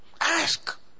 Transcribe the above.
Ask